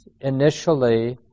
initially